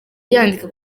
yandika